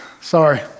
sorry